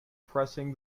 pressing